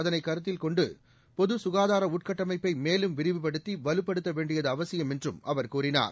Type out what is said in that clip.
அதனைக் கருத்தில் கொண்டு பொது சுகாதார உள்கட்டமைப்பை மேலும் விரிவுபடுத்தி வலுப்படுத்த வேண்டியது அவசியம் என்றும் அவர் கூறினார்